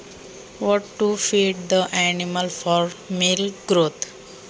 दूध वाढीसाठी जनावरांना काय खाऊ घालावे?